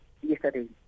yesterday